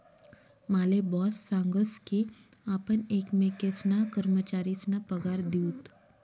माले बॉस सांगस की आपण एकमेकेसना कर्मचारीसना पगार दिऊत